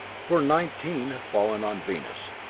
for nineteen had fallen on venus.